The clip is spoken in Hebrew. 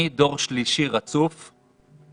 אני דור שלישי רצוף להקרבה.